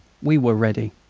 we were ready.